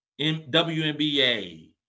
WNBA